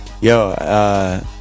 yo